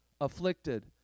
afflicted